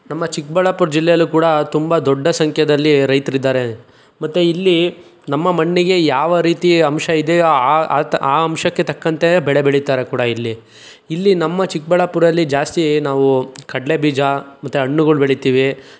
ನಮ್ಮ ಚಿಕ್ಕಬಳ್ಳಾಪುರ್ ಜಿಲೆಯಲ್ಲು ಕೂಡ ತುಂಬ ದೊಡ್ಡ ಸಂಖ್ಯೆದಲ್ಲಿ ರೈತ್ರು ಇದ್ದಾರೆ ಮತ್ತು ಇಲ್ಲಿ ನಮ್ಮ ಮಣ್ಣಿಗೆ ಯಾವ ರೀತಿ ಅಂಶ ಇದೆಯೋ ಆ ಆ ತ ಆ ಅಂಶಕ್ಕೆ ತಕ್ಕಂತೆನೆ ಬೆಳೆ ಬೆಳಿತಾರೆ ಕೂಡ ಇಲ್ಲಿ ಇಲ್ಲಿ ನಮ್ಮ ಚಿಕ್ಕಬಳ್ಳಾಪುರಲ್ಲಿ ಜಾಸ್ತಿ ನಾವು ಕಡ್ಲೆಬೀಜ ಮತ್ತು ಹಣ್ಣುಗಳ್ ಬೆಳಿತಿವಿ